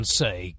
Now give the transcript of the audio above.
say